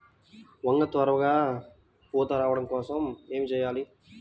వంగ త్వరగా పూత రావడం కోసం ఏమి చెయ్యాలి?